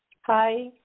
Hi